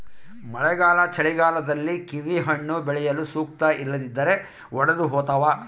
ಮಳೆಗಾಲ ಚಳಿಗಾಲದಲ್ಲಿ ಕಿವಿಹಣ್ಣು ಬೆಳೆಯಲು ಸೂಕ್ತ ಇಲ್ಲದಿದ್ದರೆ ಒಡೆದುಹೋತವ